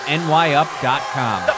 nyup.com